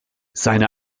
seine